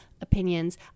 opinions